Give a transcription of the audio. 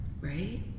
right